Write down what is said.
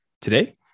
Today